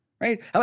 right